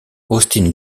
austin